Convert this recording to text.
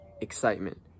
Excitement